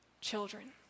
children